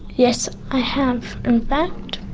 yes, i have in fact,